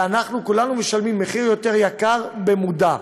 ואנחנו כולנו משלמים מחיר יותר גבוה במודע.